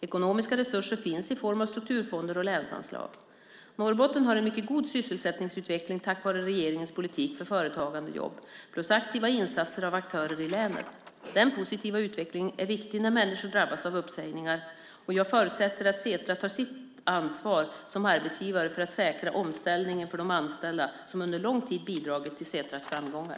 Ekonomiska resurser finns i form av strukturfonder och länsanslag. Norrbotten har en mycket god sysselsättningsutveckling tack vare regeringens politik för företagande och jobb, plus aktiva insatser av aktörer i länet. Den positiva utvecklingen är viktig när människor drabbas av uppsägningar. Jag förutsätter att Setra tar sitt ansvar som arbetsgivare för att säkra omställningen för de anställda som under lång tid bidragit till Setras framgångar.